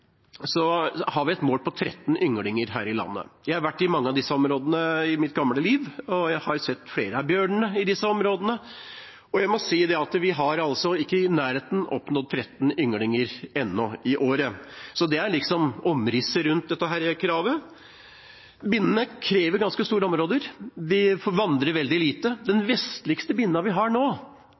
har vi et mål om 13 ynglinger her i landet. Jeg har vært i mange av disse områdene i mitt «gamle» liv, jeg har sett flere av bjørnene i disse områdene, og jeg må si at vi har ikke oppnådd i nærheten av 13 ynglinger i året ennå. Det er omrisset rundt dette kravet. Binnene krever ganske store områder. De vandrer veldig lite. Den vestligste binna vi har – HE80, som hun heter nå